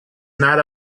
not